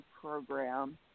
program